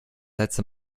letzte